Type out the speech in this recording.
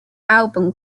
album